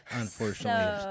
Unfortunately